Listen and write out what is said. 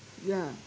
ya